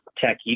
tech